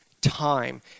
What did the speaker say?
time